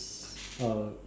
uh